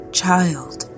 child